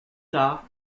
tard